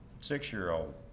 six-year-old